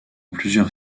plusieurs